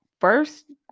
first